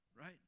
right